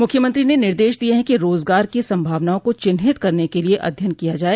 मुख्यमंत्री ने निर्देश दिए हैं कि रोजगार की सम्भावनाओं को चिन्हित करने के लिए अध्ययन किया जाए